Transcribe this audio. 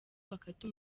bakata